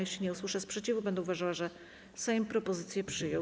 Jeśli nie usłyszę sprzeciwu, będę uważała, że Sejm propozycję przyjął.